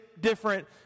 different